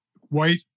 white